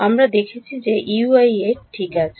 আমরা দেখেছি যে এটি Ui এর ঠিক আছে